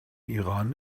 iran